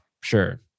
sure